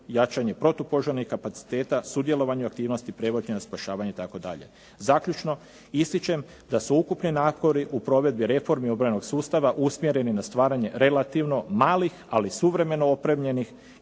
jačanje protupožarnih kapaciteta, sudjelovanje u aktivnosti .../Govornik se ne razumije./... spašavanja itd. Zaključno, ističem da su ukupni napori u provedbi reformi obrambenog sustava usmjereni na stvaranje relativno malih ali suvremeno opremljenih